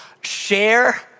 Share